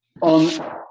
on